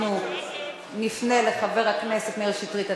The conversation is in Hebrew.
אנחנו נפנה לחבר הכנסת מאיר שטרית.